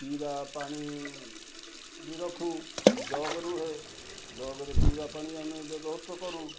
ପିଇବା ପାଣି ବି ରଖୁ ଜଗ୍ ରୁହେ ଜଗ୍ରେ ପିଇବା ପାଣି ଆମେ ବ୍ୟବହୃତ କରୁ